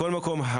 מכל מקום,